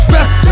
Best